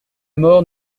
mort